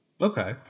Okay